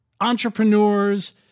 entrepreneurs